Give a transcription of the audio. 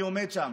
מי עומד שם,